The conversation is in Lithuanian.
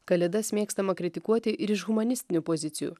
kalėdas mėgstama kritikuoti ir iš humanistinių pozicijų